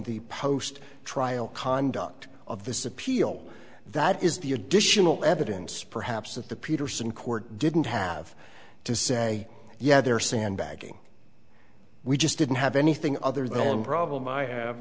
the post trial conduct of this appeal that is the additional evidence perhaps that the peterson court didn't have to say yeah they're sandbagging we just didn't have anything other than one problem i have